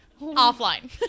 offline